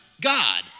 God